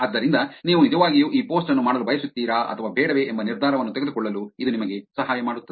ಆದ್ದರಿಂದ ನೀವು ನಿಜವಾಗಿಯೂ ಈ ಪೋಸ್ಟ್ ಅನ್ನು ಮಾಡಲು ಬಯಸುತ್ತೀರಾ ಅಥವಾ ಬೇಡವೇ ಎಂಬ ನಿರ್ಧಾರವನ್ನು ತೆಗೆದುಕೊಳ್ಳಲು ಇದು ನಿಮಗೆ ಸಹಾಯ ಮಾಡುತ್ತದೆ